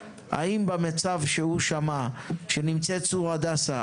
האם הוא בעד המצב בה נמצאת צור הדסה כפי שהוא שמע?